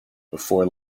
before